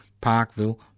Parkville